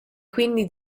quindi